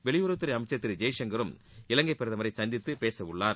வெளியுறவுத்துறை அமைச்சர் திரு ஜெய்சங்கரும் இலங்கை பிரதமரை சந்தித்து பேசவுள்ளார்